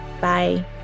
Bye